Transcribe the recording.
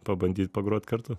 pabandyt pagrot kartu